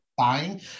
buying